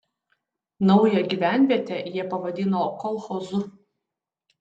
naują gyvenvietę jie pavadino kolchozu